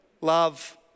Love